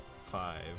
five